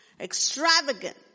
extravagant